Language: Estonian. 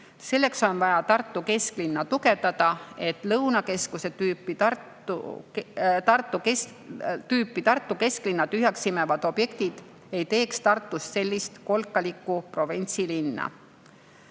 Selleks on vaja Tartu kesklinna tugevdada, et Lõunakeskuse tüüpi Tartu kesklinna tühjaks imevad objektid ei teeks Tartust sellist kolkalikku provintsilinna."